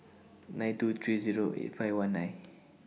nine two three Zero eight five one nine